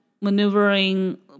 maneuvering